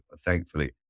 thankfully